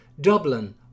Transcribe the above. Dublin